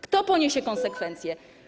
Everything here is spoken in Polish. Kto poniesie konsekwencje?